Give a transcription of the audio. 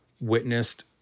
witnessed